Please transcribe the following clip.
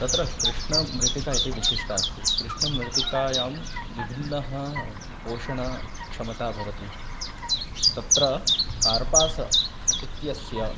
तत्र कृष्णमृत्तिका इति विशिष्टा अस्ति कृष्णमृत्तिकायां विभिन्न पोषणक्षमता भवति तत्र कर्पास इत्यस्य